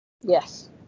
Yes